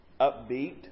upbeat